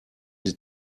die